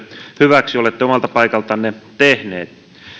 hyväksi olette omalta paikaltanne